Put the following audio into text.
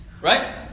Right